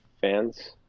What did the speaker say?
fans